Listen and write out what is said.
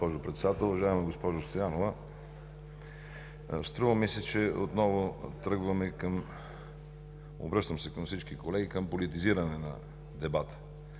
госпожо Председател, уважаема госпожо Стоянова! Струва ми се, че отново тръгваме към, обръщам се към всички колеги, политизиране на дебата.